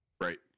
Right